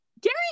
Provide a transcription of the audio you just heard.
Gary